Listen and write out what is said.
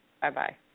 Bye-bye